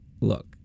Look